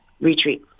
retreat